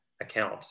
account